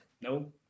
no